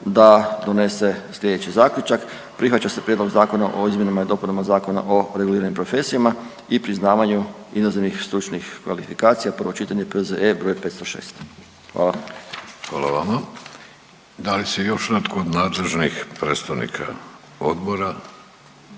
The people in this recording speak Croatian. da donese sljedeći zaključak: Prihvaća se Prijedlog zakona o izmjenama i dopunama Zakona o reguliranim profesijama i priznavanju inozemnih stručnih kvalifikacija, prvo čitanje, P.Z.E. br. 506. Hvala. **Vidović, Davorko (Socijaldemokrati)** Hvala vama. Da li se još netko od nadležnih predstavnika odbora?